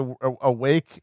awake